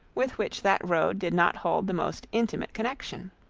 with which that road did not hold the most intimate connection.